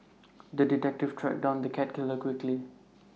the detective tracked down the cat killer quickly